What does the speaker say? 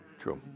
True